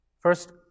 first